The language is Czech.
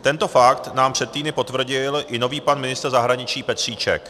Tento fakt nám před týdny potvrdil i nový pan ministr zahraničí Petříček.